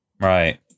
Right